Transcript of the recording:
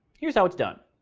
here's how it's done.